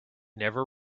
never